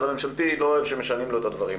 הממשלתי לא אוהב שמשנים לו את הדברים,